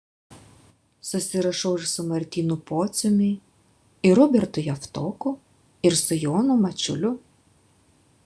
susirašau ir su martynu pociumi ir robertu javtoku ir su jonu mačiuliu